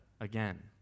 again